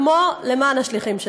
כמו למען השליחים שלנו.